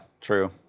true